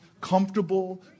comfortable